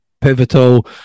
pivotal